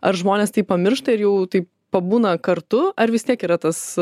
ar žmonės tai pamiršta ir jau tai pabūna kartu ar vis tiek yra tas